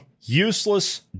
Useless